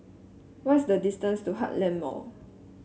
what is the distance to Heartland Mall